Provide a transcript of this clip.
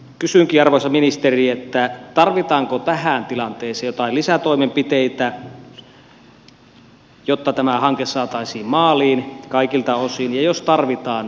kysynkin arvoisa ministeri tarvitaanko tähän tilanteeseen jotain lisätoimenpiteitä jotta tämä hanke saataisiin maaliin kaikilta osin ja jos tarvitaan niin mitä